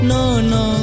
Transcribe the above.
No-no